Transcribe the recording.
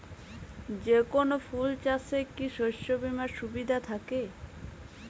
যেকোন ফুল চাষে কি শস্য বিমার সুবিধা থাকে?